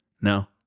No